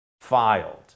filed